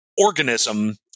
organism